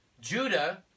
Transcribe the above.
Judah